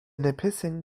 nipissing